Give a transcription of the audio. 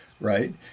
right